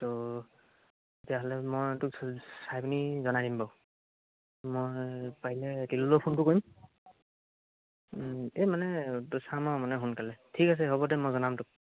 তো তেতিয়াহ'লে মই তোক চাই পিনি জনাই দিম বাৰু মই পাৰিলে তিলোলৈয়ো ফোন এটা কৰিম এই মানে তো চাম আৰু মানে সোনকালে ঠিক আছে হ'ব দে মই জনাম তোক